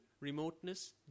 remoteness